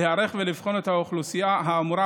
להיערך ולבחון את האוכלוסייה האמורה,